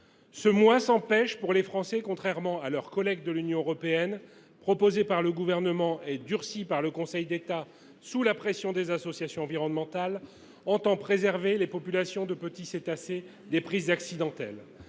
Ce mois sans pêche, qui concerne les Français, mais non leurs collègues de l’Union européenne, a été proposé par le Gouvernement et durci par le Conseil d’État sous la pression des associations environnementales. Il s’agit de préserver les populations de petits cétacés des prises accidentelles.